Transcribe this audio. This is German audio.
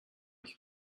ich